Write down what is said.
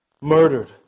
murdered